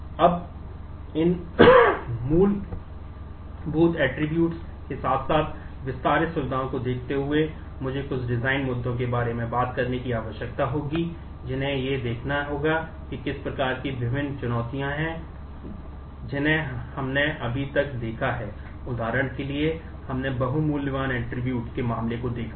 अब इन मूलभूत ऐट्रिब्यूट्स के मामले को देखा है